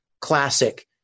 classic